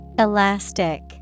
Elastic